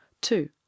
Two